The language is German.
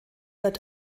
wird